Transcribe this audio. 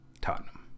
Tottenham